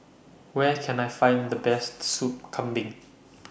Where Can I Find The Best Soup Kambing